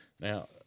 Now